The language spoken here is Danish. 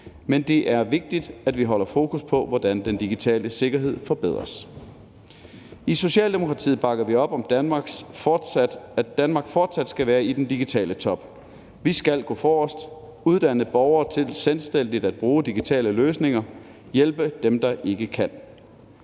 men det er vigtigt, at vi holder fokus på, hvordan den digitale sikkerhed forbedres. I Socialdemokratiet bakker vi op om, at Danmark fortsat skal være i den digitale top. Vi skal gå forrest, uddanne borgere til selvstændigt at bruge digitale løsninger og hjælpe dem, der ikke kan.